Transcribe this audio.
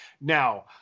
Now